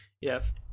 Yes